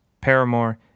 Paramore